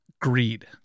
greed